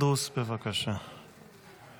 אדוני היושב-ראש, אבקש להודיע